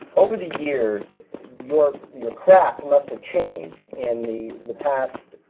over the years your your craft must have changed, in the the past,